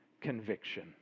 conviction